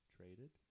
Traded